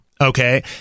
Okay